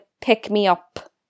pick-me-up